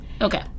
Okay